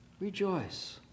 rejoice